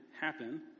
happen